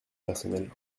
personnel